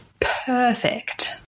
perfect